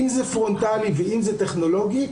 אם זה פרונטלי ואם זה טכנולוגי,